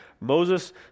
Moses